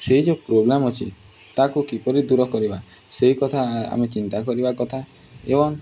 ସେ ଯେଉଁ ପ୍ରୋବ୍ଲେମ୍ ଅଛି ତାକୁ କିପରି ଦୂର କରିବା ସେହି କଥା ଆମେ ଚିନ୍ତା କରିବା କଥା ଏବଂ